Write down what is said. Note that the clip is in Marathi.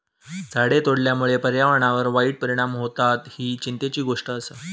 झाडे तोडल्यामुळे पर्यावरणावर वाईट परिणाम होतत, ही चिंतेची गोष्ट आसा